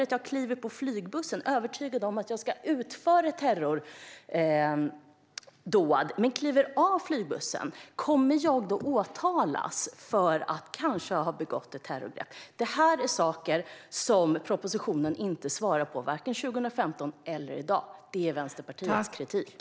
Om jag kliver på en flygbuss övertygad om att jag ska utföra ett terrordåd men sedan kliver av flygbussen, kommer jag då att åtalas för att kanske ha begått ett terrordåd? Det här är saker som propositionerna inte svarar på, vare sig den 2015 eller den i dag. Det är Vänsterpartiets kritik.